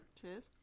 Cheers